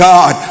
God